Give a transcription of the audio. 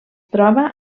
troba